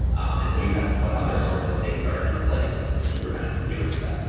and so you have to put other sorts of safeguards in place to prevent it from doing so.